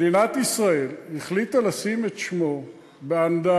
מדינת ישראל החליטה לשים את שמו באנדרטה